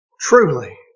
Truly